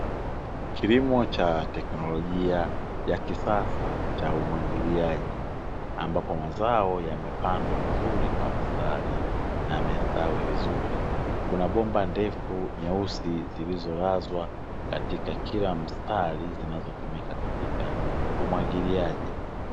Kilimo cha teknolojia ya kisasa cha umwagiliaji, ambapo mazao yamepandwa vizuri kwa mstari na yamestawi vizuri. Kuna bomba ndefu nyeusi zilizolazwa katika kila mstari, zinazotumika katika umwagiliaji.